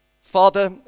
Father